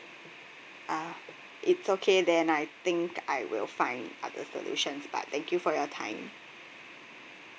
ah it's okay then I think I will find other solutions but thank you for your time